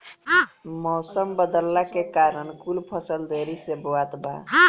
मउसम बदलला के कारण कुल फसल देरी से बोवात बा